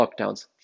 lockdowns